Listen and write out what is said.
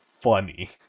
funny